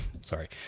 Sorry